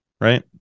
right